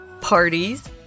parties